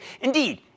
Indeed